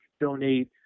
donate